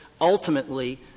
Ultimately